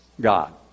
God